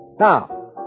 Now